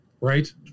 right